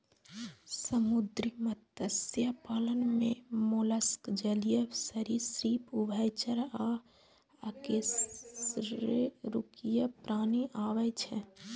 समुद्री मत्स्य पालन मे मोलस्क, जलीय सरिसृप, उभयचर आ अकशेरुकीय प्राणी आबै छै